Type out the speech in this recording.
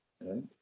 right